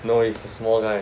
no he's a small guy